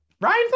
Ryan